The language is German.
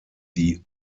die